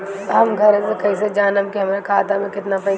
हम घरे से कैसे जानम की हमरा खाता मे केतना पैसा बा?